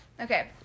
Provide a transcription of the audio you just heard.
Okay